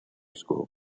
school